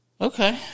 okay